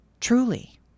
Truly